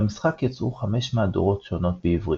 למשחק יצאו חמש מהדורות שונות בעברית.